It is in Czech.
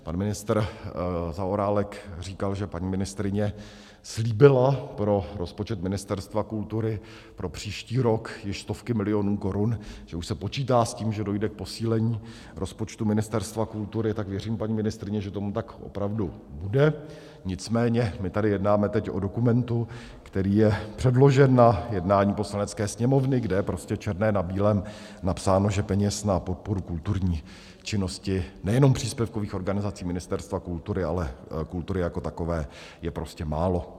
Pan ministr Zaorálek říkal, že paní ministryně slíbila pro rozpočet Ministerstva kultury pro příští rok již stovky milionů korun, že už se počítá s tím, že dojde k posílení rozpočtu Ministerstva kultury, tak věřím, paní ministryně, že tomu tak opravdu bude, nicméně my tady jednáme teď o dokumentu, který je předložen na jednání Poslanecké sněmovny, kde je prostě černé na bílém napsáno, že peněz na podporu kulturních činností nejenom příspěvkových organizací Ministerstva kultury, ale kultury jako takové je prostě málo.